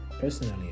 personally